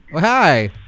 hi